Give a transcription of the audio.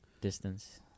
Distance